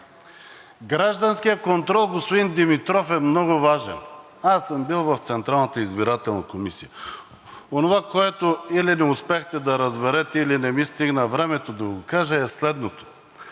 Гражданският контрол, господин Димитров, е много важен. Аз съм бил в Централната избирателна комисия. Онова, което или не успяхте да разберете, или не ми стигна времето да го кажа, е следното.